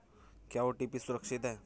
क्या ओ.टी.पी सुरक्षित है?